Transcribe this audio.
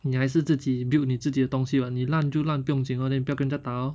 你还是自己 built 你自己的东西 [what] 你烂就烂不用紧 orh then 不要跟人家打 lor